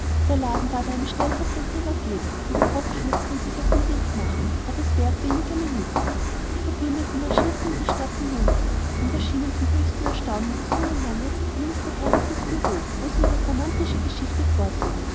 der laden ward einem stellvertreter übergeben in den rock schlüpfen und sich auf den weg machen war das werk weniger minuten die verbündeten marschierten in die stadt hinunter und erschienen zum höchsten erstaunen des jungen mannes in mr harrisons bureau wo sie ihre romantische geschichte vortrugen